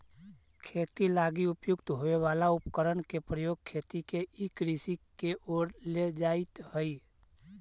खेती लगी उपयुक्त होवे वाला उपकरण के प्रयोग खेती के ई कृषि के ओर ले जाइत हइ